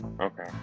Okay